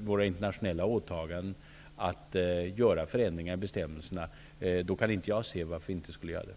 våra internationella åtaganden att göra förändringar i bestämmelserna, då kan jag inte se varför vi inte skulle göra det.